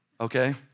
okay